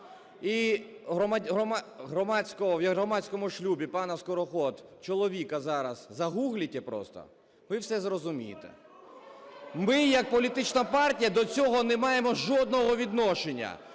і в громадському шлюбі пані Скороход чоловіка загуглите просто, ви все зрозумієте. Ми як політична партія до цього не маємо жодного відношення.